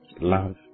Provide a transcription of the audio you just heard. Love